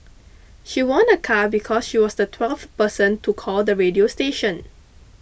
she won a car because she was the twelfth person to call the radio station